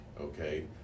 okay